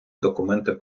документи